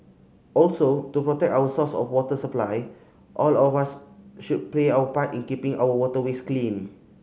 also to protect our source of water supply all of us should play our part in keeping our waterways clean